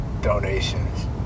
donations